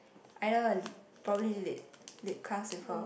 either probably late late class with her